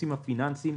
הנושאים פיננסיים.